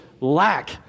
lack